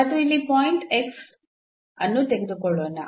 ಮತ್ತು ಇಲ್ಲಿ ಪಾಯಿಂಟ್ ಅನ್ನು ತೆಗೆದುಕೊಳ್ಳೋಣ